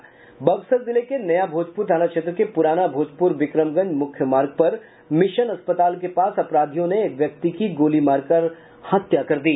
बक्सर जिले के नया भोजपुर थाना क्षेत्र के पुराना भोजपुर विक्रमगंज मुख्य मार्ग पर मिशन अस्पताल के पास अपराधियों ने एक व्यक्ति की गोली मारकर हत्या कर दी